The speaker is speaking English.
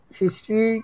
history